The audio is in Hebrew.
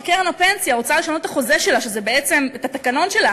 כשקרן הפנסיה רוצה לשנות את התקנון שלה,